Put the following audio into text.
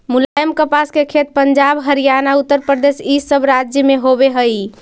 मुलायम कपास के खेत पंजाब, हरियाणा, उत्तरप्रदेश इ सब राज्य में होवे हई